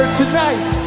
tonight